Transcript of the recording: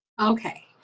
okay